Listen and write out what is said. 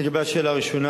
לגבי השאלה הראשונה,